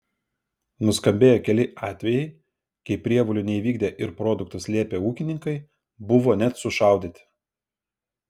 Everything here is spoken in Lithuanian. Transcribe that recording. nuskambėjo keli atvejai kai prievolių neįvykdę ir produktus slėpę ūkininkai buvo net sušaudyti